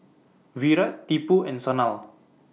Virat Tipu and Sanal